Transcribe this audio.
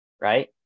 Right